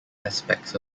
aspects